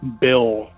bill